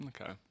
okay